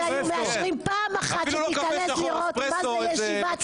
הלוואי שהיו מאשרים פעם אחת שתיכנס לראות מה זה ישיבת סיעה.